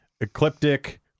ecliptic